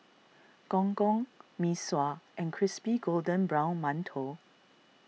Gong Gong Mee Sua and Crispy Golden Brown Mantou